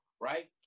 right